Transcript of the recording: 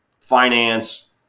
finance